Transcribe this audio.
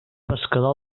pescador